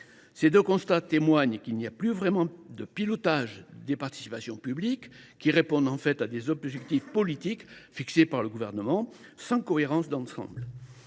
Ces deux constats montrent qu’il n’y a plus vraiment de pilotage des participations publiques, qui répondent en fait à des objectifs politiques fixés par le Gouvernement, sans cohérence d’ensemble.